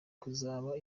kuzaba